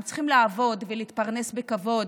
הם צריכים לעבוד ולהתפרנס בכבוד,